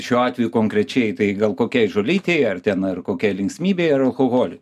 šiuo atveju konkrečiai tai gal kokiai žolytei ar ten ar kokiai linksmybei ar alkoholiui